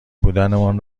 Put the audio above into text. بودنمان